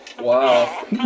Wow